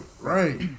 Right